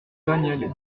daniel